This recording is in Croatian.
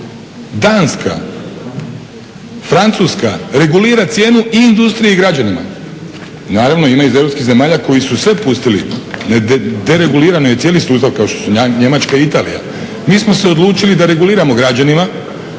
Danska, Francuska regulira cijenu i industriji i građanima. Naravno ima i europskih zemalja koje su sve pustili, deregulirano je i cijeli sustav kao što su Njemačka i Italija. Mi smo se odlučili da reguliramo građanima